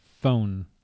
phone